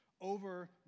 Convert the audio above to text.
over